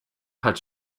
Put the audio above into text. had